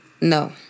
No